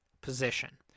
position